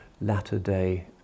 latter-day